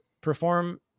perform